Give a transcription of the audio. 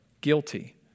guilty